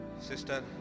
Sister